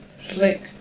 slick